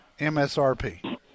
MSRP